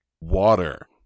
water